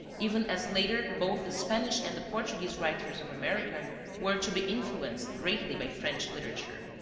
even as later both the spanish and the portuguese writers of america were to be influenced greatly by french literature.